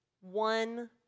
one